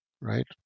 right